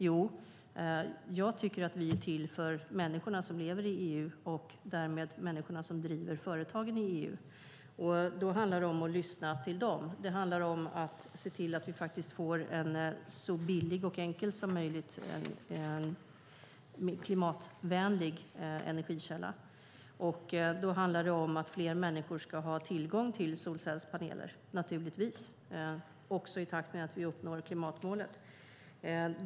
Jag tycker att vi är till för människorna som lever i EU och därmed för människorna som driver företagen i EU. Då handlar det om att lyssna på dem. Det handlar om att se till att vi får en så billig, enkel och klimatvänlig energikälla som möjligt. Då handlar det naturligtvis om att fler människor ska ha tillgång till solcellspaneler, också i takt med att vi uppnår klimatmålet.